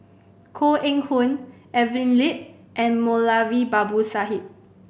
Koh Eng Hoon Evelyn Lip and Moulavi Babu Sahib